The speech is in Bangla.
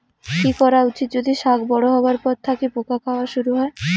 কি করা উচিৎ যদি শাক বড়ো হবার পর থাকি পোকা খাওয়া শুরু হয়?